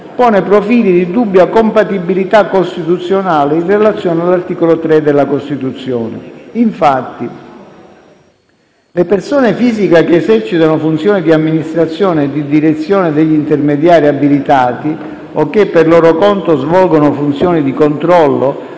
pone profili di dubbia compatibilità costituzionale in relazione all'art. 3 della Costituzione. Infatti, le persone fisiche che esercitano funzioni di amministrazione e di direzione degli intermediari abilitati o che, per loro conto, svolgono funzioni di controllo,